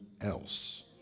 else